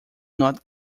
not